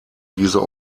dieser